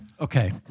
Okay